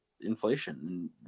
inflation